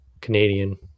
canadian